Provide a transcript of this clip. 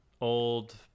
old